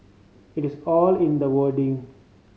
it is all in the wording